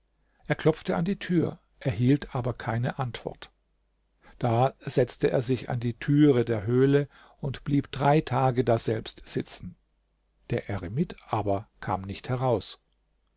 er klopfte an die tür erhielt aber keine antwort da setzte er sich an die türe der höhle und blieb drei tage daselbst sitzen der eremit kam aber nicht heraus